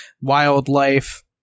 Wildlife